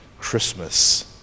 Christmas